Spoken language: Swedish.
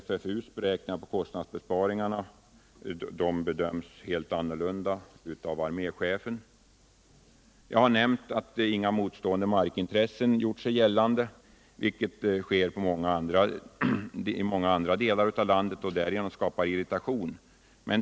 FFU:s beräkningar i fråga om kostnadsbesparingarna bedöms helt annorlunda av arméchefen. Jag har nämnt att inga motstående markintressen gjort sig gällande, vilket sker i många andra delar av landet och skapar irritation.